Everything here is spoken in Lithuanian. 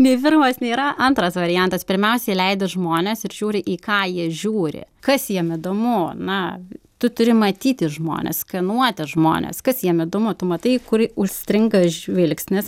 nei pirmas nėra antras variantas pirmiausia įleidi žmones ir žiūri į ką jie žiūri kas jiem įdomu na tu turi matyti žmones skenuoti žmones kas jiem įdomu tu matai kur užstringa žvilgsnis